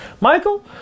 Michael